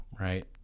right